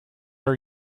are